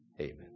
Amen